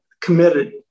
committed